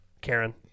Karen